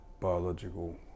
biological